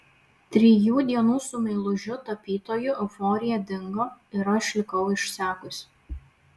trijų dienų su meilužiu tapytoju euforija dingo ir aš likau išsekusi